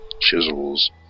chisels